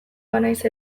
banaiz